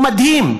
הוא מדהים.